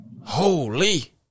Holy